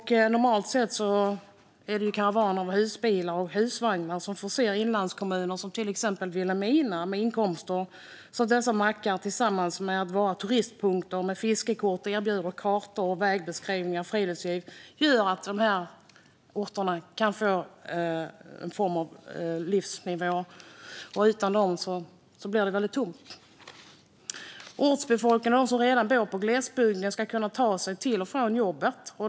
Normalt sett är det karavaner av husbilar och husvagnar som förser inlandskommuner, till exempel Vilhelmina, med inkomster. Dessa mackar är också turistpunkter som erbjuder fiskekort, kartor och vägbeskrivningar för friluftsliv. De gör att dessa orter kan få en form av livsnivå. Utan dem blir det väldigt tomt. Ortsbefolkningen och de som redan bor på glesbygden ska kunna ta sig till och från jobbet.